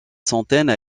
centaines